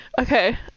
Okay